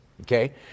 okay